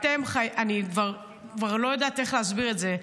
ואני כבר לא יודעת איך להסביר את זה.